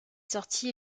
sorti